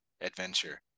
Adventure